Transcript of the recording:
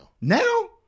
now